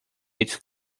its